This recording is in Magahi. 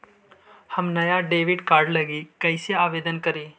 हम नया डेबिट कार्ड लागी कईसे आवेदन करी?